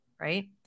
Right